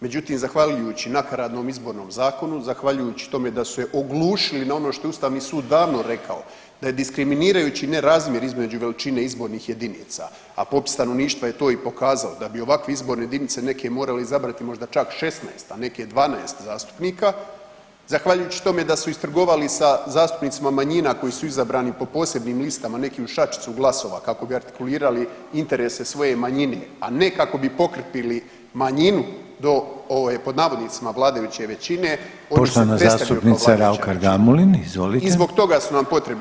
Međutim, zahvaljujući nakaradnom izbornom zakonu, zahvaljujući tome da su se oglušili na ono što je ustavni sud davno rekao da je diskriminirajući nerazmjer između veličine izbornih jedinica, a popis stanovništva je to i pokazao da bi ovakve izborne jedinice neke morale izabrati možda čak 16, a neke 12 zastupnika, zahvaljujući tome da su istrgovali sa zastupnicima manjina koji su izabrani po posebnim listama neki uz šačicu glasova kako bi artikulirali interese svoje manjine, a ne kako bi … manjinu do „vladajuće većine“ …/Govornici govore u isto vrijeme./… i zbog toga su nam potrebni novi izbori.